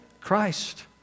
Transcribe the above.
Christ